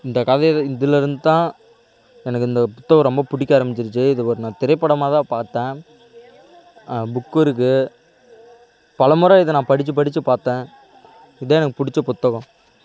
இந்த கதையில் இதுல இருந்து தான் எனக்கு இந்த புத்தகம் ரொம்ப பிடிக்க ஆரம்பிச்சிருச்சி இது ஒரு நான் திரைப்படமாக தான் பார்த்தேன் புக்கும் இருக்குது பலமுறை இதை நான் படித்து படித்து பார்த்தேன் இதுதான் எனக்கு பிடிச்ச புத்தகம்